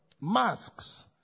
masks